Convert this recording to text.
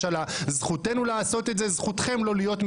לא נשאר לכם כלום.